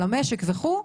על המשק וכו',